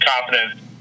confidence